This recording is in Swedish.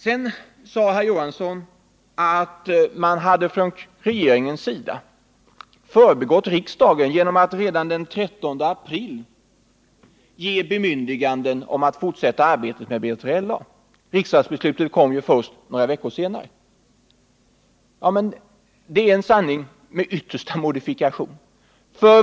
Sedan sade herr Johansson att regeringen förbigått riksdagen genom att redan den 13 april ge bemyndiganden om att fortsätta arbetet med B3LA. Riksdagsbeslutet kom ju först några veckor senare. Detta är en sanning med största modifikation.